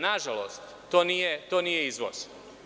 Nažalost, to nije izvoz.